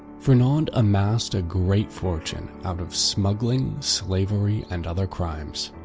fernand amassed a great fortune out of smuggling, slavery, and other crimes.